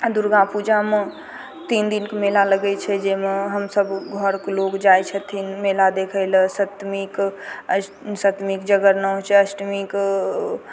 आ दुर्गा पूजामे तीन दिनके मेला लगै छै जाहिमे हमसब घरके लोग जाइ छथिन मेला देखै लए सब सप्तमी कऽ सप्तमी कऽ जगरणा होइ छै अष्टमी कऽ